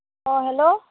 অঁ হেল্ল'